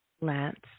Lance